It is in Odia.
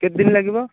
କେତେ ଦିନ ଲାଗିବ